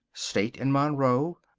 state and monroe.